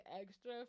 extra